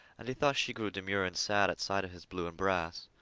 and he thought she grew demure and sad at sight of his blue and brass.